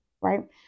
right